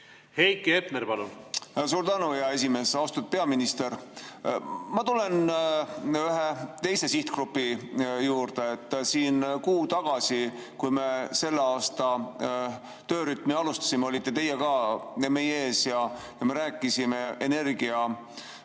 Heiki Hepner, palun! Suur tänu, hea esimees! Austatud peaminister! Ma tulen ühe teise sihtgrupi juurde. Kuu tagasi, kui me selle aasta töörütmi alustasime, olite teie meie ees ja me rääkisime energia